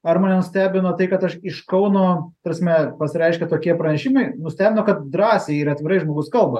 ar mane nustebino tai kad aš iš kauno ta prasme pasireiškė tokie pranešimai nustebino kad drąsiai ir atvirai žmogus kalba